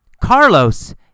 Carlos